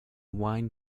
wine